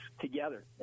together